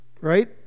right